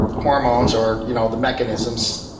hormones or you know the mechanisms